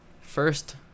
First